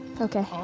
Okay